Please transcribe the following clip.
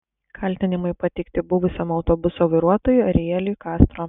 kaltinimai pateikti buvusiam autobuso vairuotojui arieliui kastro